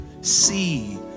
see